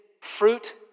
fruit